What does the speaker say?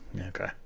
okay